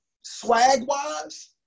swag-wise